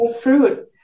fruit